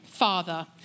Father